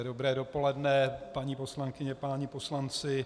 Dobré dopoledne, paní poslankyně, páni poslanci.